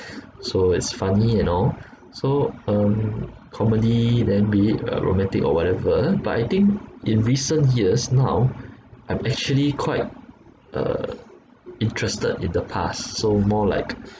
so it's funny and all so um comedy than be it uh romantic or whatever but I think in recent years now I'm actually quite uh interested in the past so more like